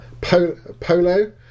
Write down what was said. polo